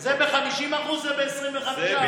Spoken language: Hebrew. זה ב-50% וזה ב-25%.